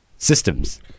Systems